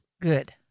Good